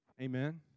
Amen